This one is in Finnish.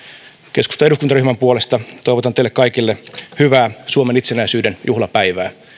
keskustan eduskuntaryhmän puolesta toivotan teille kaikille hyvää suomen itsenäisyyden juhlapäivää